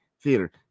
theater